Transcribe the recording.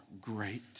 great